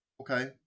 Okay